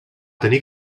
tenir